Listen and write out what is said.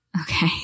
okay